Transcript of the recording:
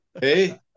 hey